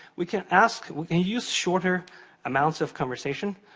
we can ask and use shorter amounts of conversation,